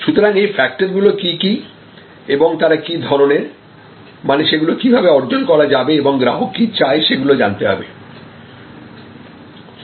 সুতরাং এই ফ্যাক্টরগুলো কি কি এবং তারা কি ধরনের মানে সেগুলো কি ভাবে অর্জন করা যাবে এবং গ্রাহক কি চায় সেগুলো জানতে হবে